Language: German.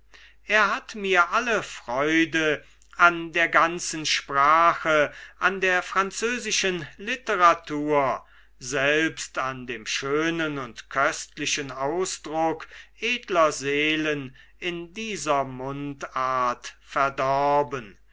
er hat mir alle freude an der ganzen sprache an der französischen literatur selbst an dem schönen und köstlichen ausdruck edler seelen in dieser mundart verdorben